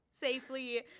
Safely